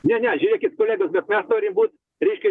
ne ne žiūrėkit kolegos bet mes turi būt reiškia